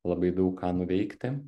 labai daug ką nuveikti